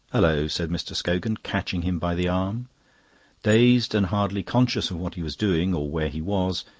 hullo! said mr. scogan, catching him by the arm dazed and hardly conscious of what he was doing or where he was,